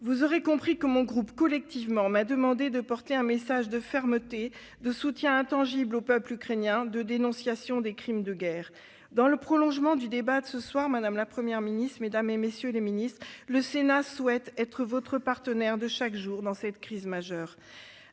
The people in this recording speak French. Vous aurez compris que mon groupe, collectivement, m'a demandé de porter un message de fermeté, de soutien intangible au peuple ukrainien et de dénonciation des crimes de guerre. Dans le prolongement du débat de ce soir, madame la Première ministre, mesdames, messieurs les ministres, le Sénat souhaite être votre partenaire de chaque jour dans cette crise majeure.